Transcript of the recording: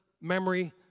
memory